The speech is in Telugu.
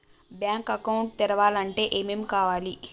బ్యాంక్ అకౌంట్ తెరవాలంటే ఏమేం కావాలి?